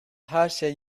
herşey